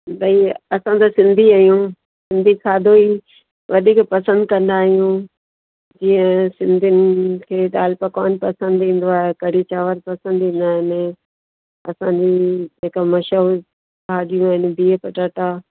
भई असां त सिंधी आहियूं सिंधी खाधो ई वधीक पसंदि कंदा आहियूं जीअं सिंधियुनि खे दालि पकवान पसंदि ईंदो आहे कढ़ी चांवरु पसंदि ईंदा आहिनि असांजी जेका मशहूर भाॼियूं आहिनि बिहु पटाटा